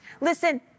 Listen